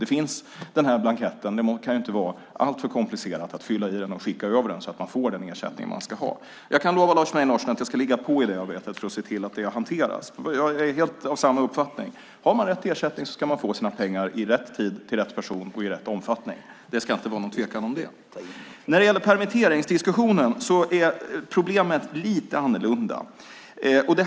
Den här blanketten finns, och det kan ju inte vara alltför komplicerat att fylla i den och skicka över den så att man får den ersättning som man ska ha. Jag kan lova Lars Mejern Larsson att jag ska ligga på i det arbetet för att se till att det hanteras. Jag är av helt samma uppfattning. Har man rätt till ersättning ska man få sina pengar i rätt tid och i rätt omfattning. Det ska inte vara någon tvekan om det. När det gäller permitteringsdiskussionen är problemet lite annorlunda.